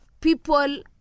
people